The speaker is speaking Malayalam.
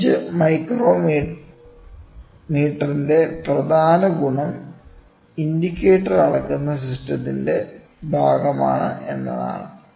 ബെഞ്ച് മൈക്രോമീറ്ററിന്റെ പ്രധാന ഗുണം ഇൻഡിക്കേറ്റർ അളക്കുന്ന സിസ്റ്റത്തിന്റെ ഭാഗമാണ് എന്നതാണ്